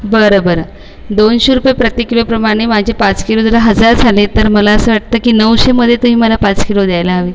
बरं बरं दोनशे रुपये प्रति किलोप्रमाणे माझे पाच किलोला हजार झाले तर मला असं वाटतं की नऊशेमध्ये तुम्ही मला पाच किलो द्यायला हवे